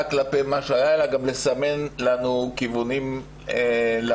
כלפי מה שהיה אלא גם לסמן לנו כיוונים לעתיד.